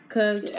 Cause